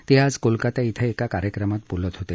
ते आज कोलकाता क्विं एका कार्यक्रमात बोलत होते